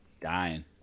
dying